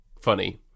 funny